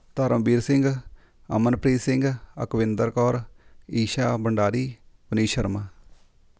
Dharamvir Singh Amanpreet Singh Akwinder Kaur Isha Bandari Mani Sharma